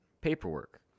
paperwork